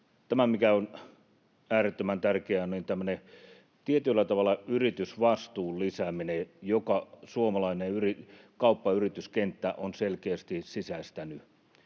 Tämä, mikä on äärettömän tärkeää, on tämmöinen tietyllä tavalla yritysvastuun lisääminen, jonka suomalainen kauppa-, yrityskenttä on selkeästi sisäistänyt.